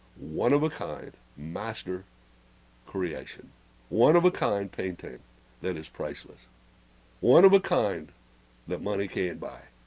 one of a kind master creation one of a kind painting that is priceless one of a kind that money can, buy